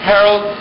Harold